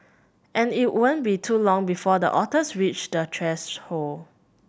and it won't be too long before the otters reach the threshold